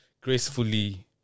gracefully